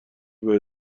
باید